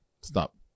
Stop